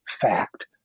fact